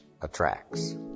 attracts